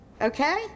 Okay